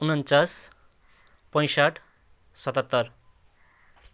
उन्चास पैँसठ सतहत्तर